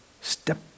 Step